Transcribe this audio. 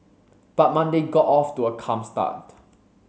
but Monday got off to a calm start